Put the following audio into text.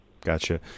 Gotcha